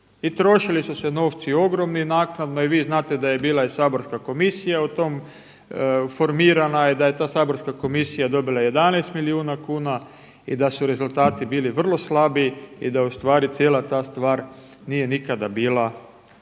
I trošili su se novci ogromni naknadno. I vi znate da je bila i saborska komisija u tom, formirana je, da je saborska komisija dobila 11 milijuna kuna i da su rezultati bili vrlo slabi i da ustvari cijela ta stvar nije nikada bila